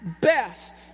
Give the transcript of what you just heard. best